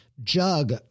Jug